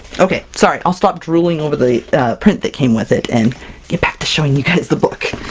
okay, sorry! i'll stop drooling over the print that came with it, and get back to showing you guys the book!